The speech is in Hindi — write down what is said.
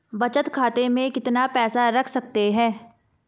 बचत खाते में कितना पैसा रख सकते हैं?